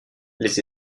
les